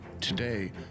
today